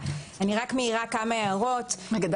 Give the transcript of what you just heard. זה דיון הכנה לקריאה ראשונה, הינה היא